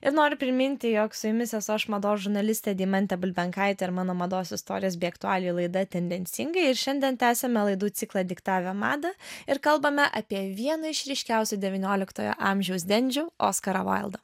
ir noriu priminti jog su jumis esu aš mados žurnalistė deimantė bulbenkaitė ir mano mados istorijos bei aktualijų laida tendencingai ir šiandien tęsiame laidų ciklą diktavę madą ir kalbame apie vieną iš ryškiausių devynioliktojo amžiaus dendžių oskaro vaildo